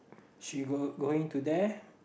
she go going to there